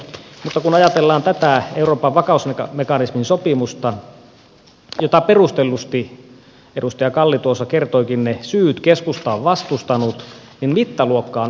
mutta kun ajatellaan tätä euroopan vakausmekanismin sopimusta jota perustellusti edustaja kalli tuossa kertoikin ne syyt keskusta on vastustanut niin mittaluokka on aivan toista